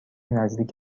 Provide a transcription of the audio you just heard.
نزدیک